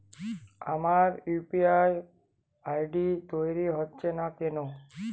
আমার UPI ID তৈরি হচ্ছে না কেনো?